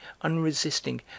unresisting